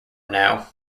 now